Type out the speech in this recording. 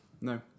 No